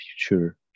future